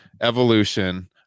Evolution